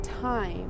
time